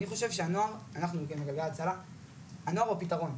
אנחנו בגלגל הצלה חושבים שהנוער הוא הפתרון.